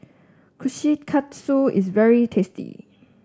Kushikatsu is very tasty